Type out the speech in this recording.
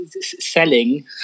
selling